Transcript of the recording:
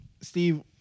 Steve